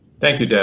thank you, dave.